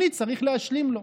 אני צריך להשלים לו.